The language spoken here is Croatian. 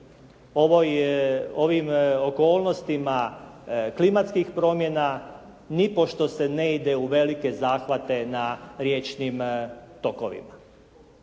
ovim okolnostima klimatskih promjena nipošto se ne ide u velike zahvate na riječnim tokovima.